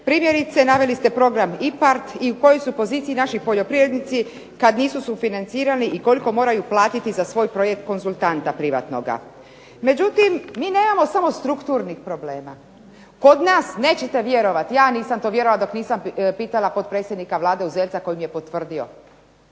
Primjerice naveli ste program IPART i u kojoj su poziciji naši poljoprivrednici kada nisu sufinancirani i koliko moraju platiti za svoj projekt konzultanta privatnoga. Međutim, mi nemamo samo strukturnih problema, kod nas, nećete vjerovati, ja nisam vjerovala dok nisam pitala potpredsjednika Vlade Uzelca koji mi je potvrdio,